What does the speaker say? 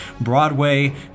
Broadway